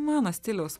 mano stiliaus